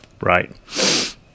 Right